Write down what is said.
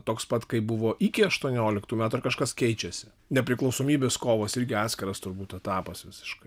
toks pat kaip buvo iki aštuonioliktų metų ar kažkas keičiasi nepriklausomybės kovos irgi atskiras turbūt etapas visiškai